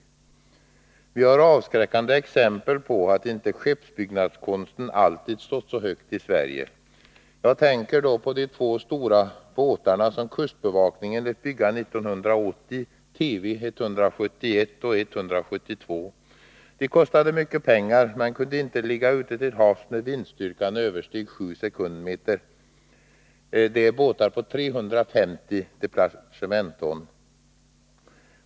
Måndagen den Vi har avskräckande exempel på att skeppsbyggnadskonsten inte alltid 30 maj 1983 stått så högt i Sverige. Jag tänker då på de två stora båtar som kustbevakningen lät bygga 1980, TV 171 och 172. De kostade mycket pengar Om finansieringen men kunde inte ligga ute till havs när vindstyrkan översteg 7 sekundmeter. — av fiskebåtar Det är båtar på 350 deplacementton.